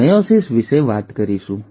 આપણે મેયોસિસ વિશે વાત કરીશું